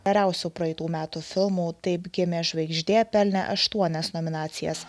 geriausiu praeitų metų filmu taip gimė žvaigždė pelnė aštuonias nominacijas